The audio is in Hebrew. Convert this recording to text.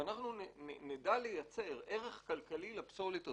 אם אנחנו נדע לייצר ערך כלכלי לפסולת הזאת,